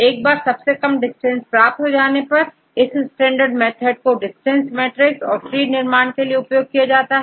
एक बार सबसे कम डिस्टेंस प्राप्त हो जाने पर इस स्टैंडर्ड मेथड को डिस्टेंस मैट्रिक्स और ट्रीनिर्माण के लिए उपयोग किया जाता है